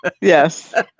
yes